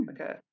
Okay